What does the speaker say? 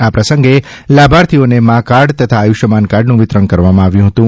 આ પ્રસંગે લાભાર્થીઓને માં કાર્ડ તથા આયુષ્યમાન કાર્ડનું વિતરણ કરવામાં આવ્યું હતું